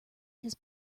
his